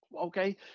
Okay